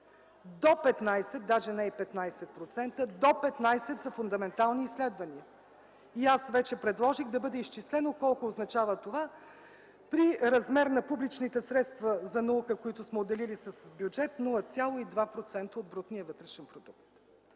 До 15 даже не и 15%, до 15 са фундаментални изследвания. Аз вече предложих да бъде изчислено колко означава това при размер на публичните средства за наука, които сме отделили с бюджет 0,2% от брутния вътрешен продукт.